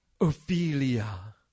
Ophelia